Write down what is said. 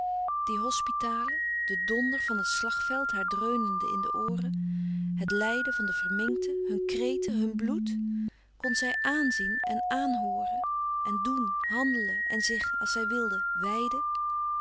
die hospitalen de donder van het slagveld haar dreunende in de ooren het lijden van de verminkten hun kreten hun bloèd kon zij aànzien en aànhooren en doen handelen en zich als zij wilde wijden